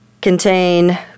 contain